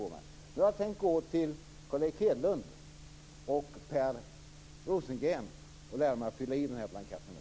Jag har tänkt gå till Carl Erik Hedlund och Per Rosengren för att få lära mig att fylla i den blanketten.